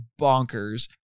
bonkers